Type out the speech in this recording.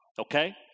Okay